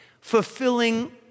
fulfilling